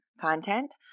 content